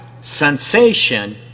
sensation